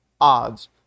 odds